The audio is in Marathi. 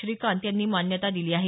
श्रीकांत यांनी मान्यता दिली आहे